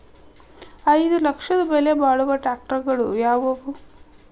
ಐದು ಲಕ್ಷದ ಬೆಲೆ ಬಾಳುವ ಟ್ರ್ಯಾಕ್ಟರಗಳು ಯಾವವು?